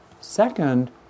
Second